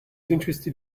interested